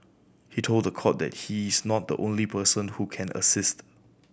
he told the court that he is not the only person who can assist